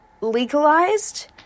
legalized